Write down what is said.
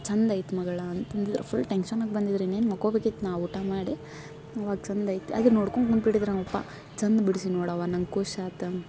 ಚಂದಾಯ್ತ್ ಮಗಳ ಅಂತಂದ್ರ ಫುಲ್ ಟೆನ್ಶನಾಗ್ ಬಂದಿದ್ರು ಇನ್ನೇನು ಮಾಕೊಬೇಕಿತ್ತು ನಾವು ಊಟ ಮಾಡಿ ಅವಾಗ ಚಂದಾಯ್ತ್ ಅದನ್ನ ನೋಡ್ಕೊಂಡು ಕುಂತ್ಬಿಟ್ಟಿದ್ದರು ನಮ್ಮಪ್ಪ ಚಂದ್ ಬಿಡಿಸಿ ನೋಡವ್ವ ನಂಗೆ ಖುಷಿ ಆತ